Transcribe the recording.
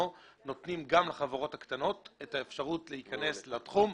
נותנים גם לחברות קטנות אפשרות להיכנס לתחום.